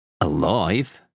alive